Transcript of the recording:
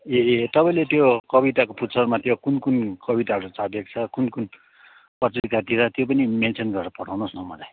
ए ए तपाईँले त्यो कविताको पुच्छरमा त्यो कुन कुन कविताहरू छापिएको छ कुन कुन पत्रिकातिर त्यो पनि मेन्सन गरेर पठाउनुहोस् न मलाई